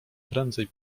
prędzej